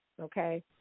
okay